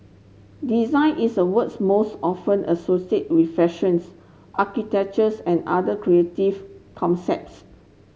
design is a words most often associate with fashions architectures and other creative concepts